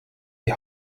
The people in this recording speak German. die